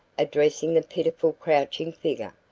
addressing the pitiful crouching figure.